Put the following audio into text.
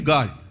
God